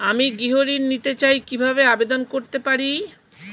আমি গৃহ ঋণ নিতে চাই কিভাবে আবেদন করতে পারি?